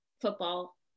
football